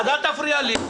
אז אל תפריע לי.